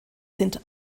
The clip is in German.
sind